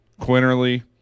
Quinterly